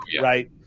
right